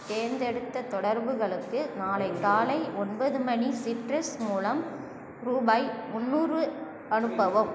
தேர்ந்தெடுத்த தொடர்புகளுக்கு நாளை காலை ஒன்பது மணி சிட்ரஸ் மூலம் ரூபாய் முன்னூறு அனுப்பவும்